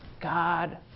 God